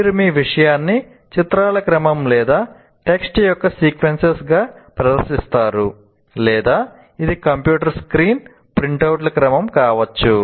మీరు మీ విషయాన్ని చిత్రాల క్రమం లేదా టెక్స్ట్ యొక్క సీక్వెన్స్గా ప్రదర్శిస్తారు లేదా ఇది కంప్యూటర్ స్క్రీన్ ప్రింటౌట్ల క్రమం కావచ్చు